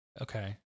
Okay